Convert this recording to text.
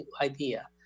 idea